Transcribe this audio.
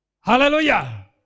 Hallelujah